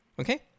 okay